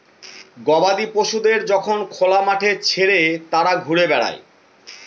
গবাদি পশুদের যখন খোলা মাঠে ছেড়ে তারা ঘুরে বেড়ায়